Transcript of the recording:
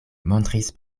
montris